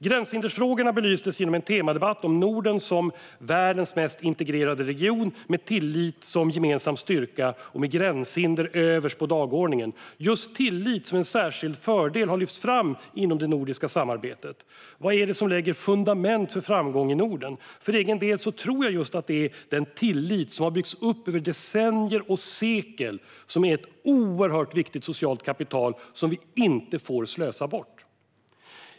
Gränshinderfrågorna belystes genom en temadebatt om Norden som världens mest integrerade region med tillit som gemensam styrka och med gränshinder överst på dagordningen. Just tillit som en särskild fördel har lyfts fram inom det nordiska samarbetet. Vad är det som lägger fundament för framgång i Norden? För egen del tror jag att den tillit som har byggts upp över decennier och sekler är ett oerhört viktigt socialt kapital som inte får slösas bort.